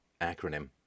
acronym